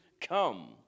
come